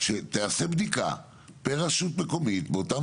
שתיעשה בדיקה בכל רשות מקומית, באותן